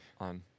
on